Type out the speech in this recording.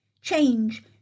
change